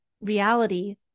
reality